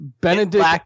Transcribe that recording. benedict